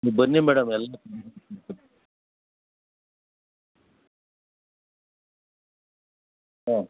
ನೀವು ಬನ್ನಿ ಮೇಡಮ್ ಎಲ್ಲ ಹಾಂ